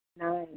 Nine